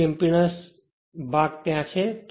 તેથી જ ઇંપેડન્સ ભાગ ત્યાં છે